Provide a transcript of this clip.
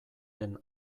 den